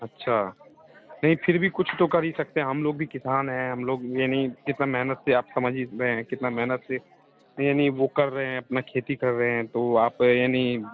अच्छा नहीं फिर भी कुछ तो कर ही सकते हैं हम लोग भी किसान हैं हम लोग ये नहीं कितना मेहनत से आप समझिए इस में कितनी महेनत से यानी वो कर रहे हैं अपनइ खेती कर रहें तो आप यानी